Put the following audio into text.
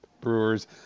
Brewers